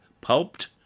pulped